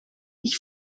ich